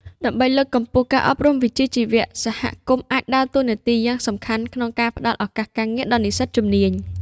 ដើម្បីលើកកម្ពស់ការអប់រំវិជ្ជាជីវៈ សហគមន៍អាចដើរតួនាទីយ៉ាងសំខាន់ក្នុងការផ្តល់ឱកាសការងារដល់និស្សិតជំនាញ។